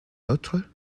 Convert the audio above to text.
autre